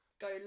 go